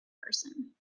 person